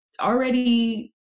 already